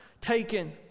taken